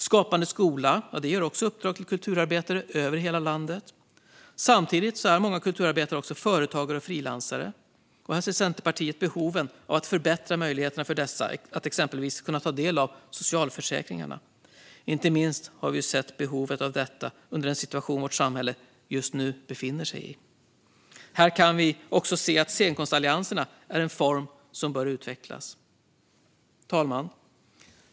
Skapande skola ger också uppdrag till kulturarbetare över hela landet. Samtidigt är många kulturarbetare företagare och frilansare. Centerpartiet ser här behov av att förbättra möjligheterna för dessa när det gäller att exempelvis ta del av socialförsäkringarna. Inte minst har vi sett behovet av detta i den situation vårt samhälle just nu befinner sig i. Här kan vi också se att scenkonstallianserna är en form som bör utvecklas. Fru talman!